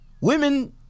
women